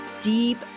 deep